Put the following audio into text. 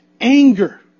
anger